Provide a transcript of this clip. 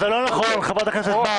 זה לא נכון, חברת הכנסת מארק.